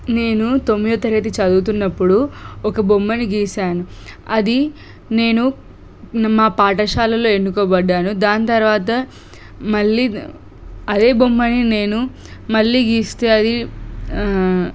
నేను తొమ్మిదవ తరగతి చదువుతున్నప్పుడు ఒక బొమ్మను గీశాను అది నేను మా పాఠశాలలో ఎన్నుకోబడ్డాను దాని తర్వాత మళ్ళీ అదే బొమ్మని నేను మళ్ళీ గీస్తే అది